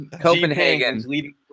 Copenhagen